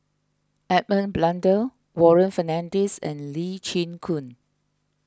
Edmund Blundell Warren Fernandez and Lee Chin Koon